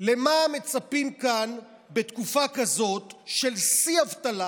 למה מצפים כאן בתקופה כזאת של שיא באבטלה?